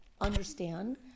understand